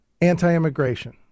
anti-immigration